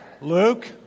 Luke